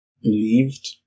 believed